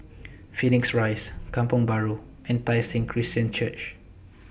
Phoenix Rise Kampong Bahru and Tai Seng Christian Church